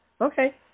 Okay